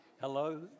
Hello